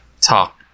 talk